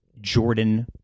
Jordan